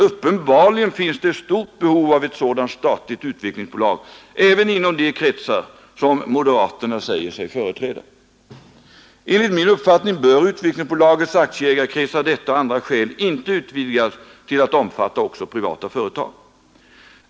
Uppenbarligen finns det ett stort behov av ett sådant statligt utvecklingsbolag, även inom de kretsar som moderaterna säger sig företräda. Enligt min uppfattning bör Utvecklingsbolagets aktieägare av detta och andra skäl icke utvidgas till att omfatta också privata företag.